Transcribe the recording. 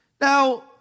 Now